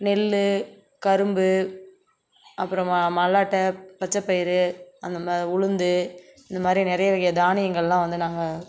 நெல் கரும்பு அப்புறம் ம மல்லாட்டை பச்சைப்பயிறு அந்தம உளுந்து இந்தமாதிரி நிறைய வகை தானியங்கள்லாம் வந்து நாங்கள்